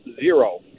zero